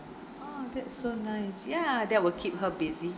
oh that's so nice ya that will keep her busy